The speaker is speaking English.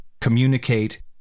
communicate